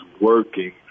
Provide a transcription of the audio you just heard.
working